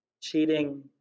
Cheating